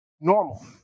normal